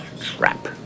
trap